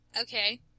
Okay